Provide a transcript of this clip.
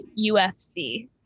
UFC